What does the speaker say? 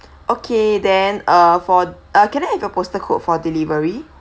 okay then uh for uh can I have your poster code for delivery